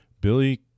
Billy